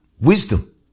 wisdom